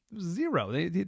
zero